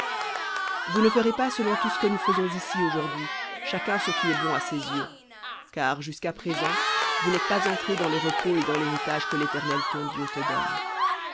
vous ne ferez pas selon tout ce que nous faisons ici aujourd'hui chacun ce qui est bon à ses yeux car jusqu'à présent vous n'êtes pas entrés dans le repos et dans l'héritage que l'éternel ton dieu te donne